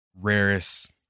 rarest